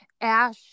ash